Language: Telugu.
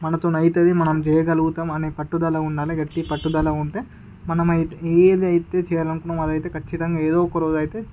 మనతోటి అవుతుంది మనం చేయగలుగుతాం అనే పట్టుదల ఉండాలి గట్టి పట్టుదల ఉంటే మనం అయితే ఏది అయితే చెయ్యాలనుకునమో అది అయితే ఖచ్చితంగా ఏదో ఒక రోజు అయితే